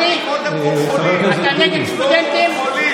אנחנו נעבור לסעיף 3 בסדר-היום,